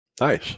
nice